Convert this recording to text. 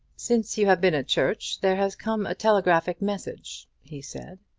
since you have been at church there has come a telegraphic message, he said.